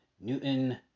Newton